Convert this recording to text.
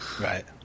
Right